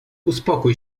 uspokój